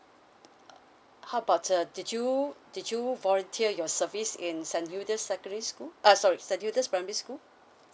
how about uh did you did you volunteer your service in sanyudas secondary school uh sorry sanyudas primary school